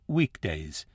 weekdays